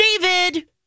David